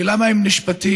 ולמה הם נשפטים?